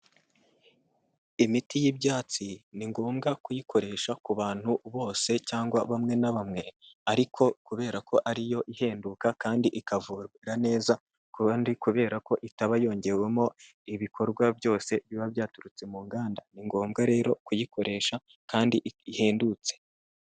Imiti y'ibyatsi ni ngombwa kuyikoresha ku bantu bose cyangwa bamwe na bamwe, ariko kubera ko ariyo ihenduka kandi ikavura neza kandi kubera ko itaba yongewemo ibikorwa byose biba byaturutse mu nganda, ni ngombwa rero kuyikoresha kandi ihendutse.